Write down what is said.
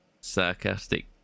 sarcastic